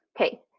Okay